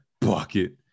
bucket